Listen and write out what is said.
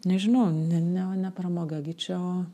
nežinau ne ne ne pramoga gi čia o